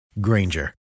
Granger